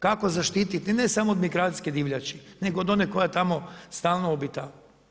Kako zaštiti ne samo od migracijske divljači nego od one koja tamo stalno obitava?